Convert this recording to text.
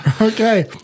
Okay